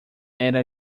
era